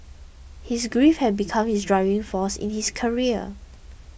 his grief had become his driving force in his career